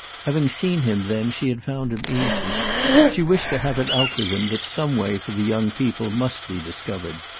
having seen him then she had found him easy she wished to have it out with him that some way for the young people must be discovered,